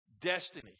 destiny